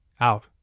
out